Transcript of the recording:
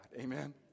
Amen